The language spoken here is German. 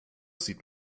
sieht